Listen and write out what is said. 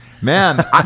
Man